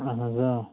اَہَن حظ آ